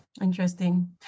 Interesting